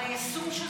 אבל היישום של זה,